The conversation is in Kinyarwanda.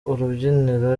urubyiniro